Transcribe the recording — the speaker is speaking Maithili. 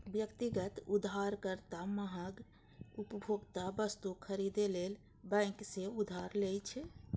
व्यक्तिगत उधारकर्ता महग उपभोक्ता वस्तु खरीदै लेल बैंक सं उधार लै छै